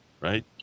right